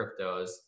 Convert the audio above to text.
cryptos